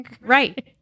right